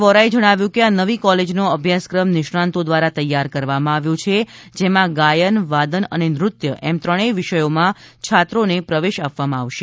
વોરાએ જણાવ્યું કે આ નવી કોલેજનો અભ્યાસક્રમ નિષ્ણાતો દ્વારા તૈયાર કરવામાં આવ્યો છે જેમાં ગાયન વાદન અને નૃત્ય એમ ત્રણેય વિષયોમાં છાત્રોને પ્રવેશ આપવામાં આવશે